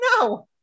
No